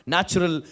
Natural